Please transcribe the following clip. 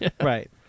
Right